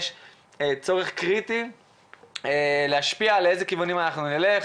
יש צורך קריטי להשפיע לאיזה כיוונים נלך,